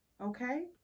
Okay